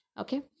okay